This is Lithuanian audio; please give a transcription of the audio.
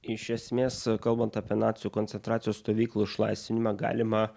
iš esmės kalbant apie nacių koncentracijos stovyklų išlaisvinimą galima